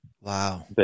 wow